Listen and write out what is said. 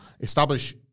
establish